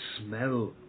smell